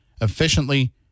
Efficiently